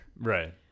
Right